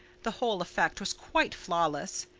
the whole effect was quite flawless.